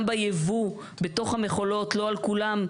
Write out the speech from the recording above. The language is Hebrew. גם בייבוא בתוך המכולות, לא על כולן מוטבע.